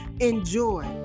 enjoy